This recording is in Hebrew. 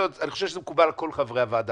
אני חושב שזה מקובל על כל חברי הוועדה